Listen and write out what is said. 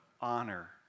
honor